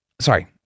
sorry